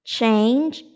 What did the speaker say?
Change